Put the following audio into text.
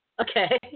Okay